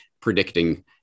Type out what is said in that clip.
predicting